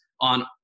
on